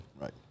right